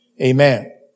Amen